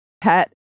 pet